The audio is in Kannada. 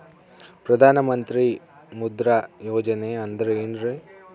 ಪ್ರಧಾನ ಮಂತ್ರಿ ಮುದ್ರಾ ಯೋಜನೆ ಅಂದ್ರೆ ಏನ್ರಿ?